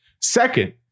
Second